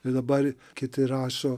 ir dabar kiti rašo